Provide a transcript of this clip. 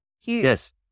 yes